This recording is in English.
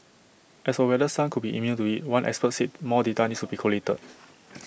as for whether some could be immune to IT one expert said more data needs to be collated